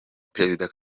perezida